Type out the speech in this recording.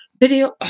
video